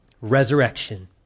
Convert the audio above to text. resurrection